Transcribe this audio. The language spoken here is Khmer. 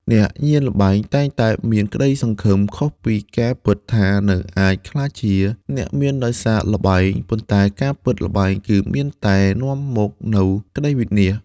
អ្នកញៀនល្បែងតែងតែមានក្តីសង្ឃឹមខុសពីការពិតថា នឹងអាចក្លាយជាអ្នកមានដោយសារល្បែង ប៉ុន្តែការពិតល្បែងគឺមានតែនាំមកនូវក្តីវិនាស។